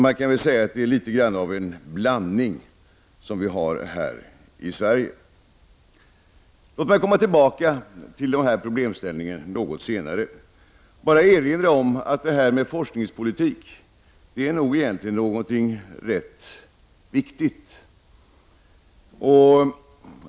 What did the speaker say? Man kan säga att vi här i Sverige har litet grand av en blandning. Låt mig komma tillbaka till den här problemställningen något senare. Jag vill bara nu erinra om att forskningspolitik egentligen är någonting rätt viktigt.